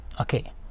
okay